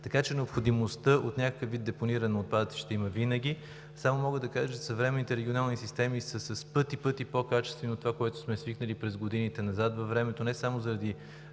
Така че необходимостта от някакъв вид депониране на отпадъци ще има винаги. Само мога да кажа, че съвременните регионални системи са в пъти-пъти по-качествани от това, с което сме свикнали през годините назад във времето, не само заради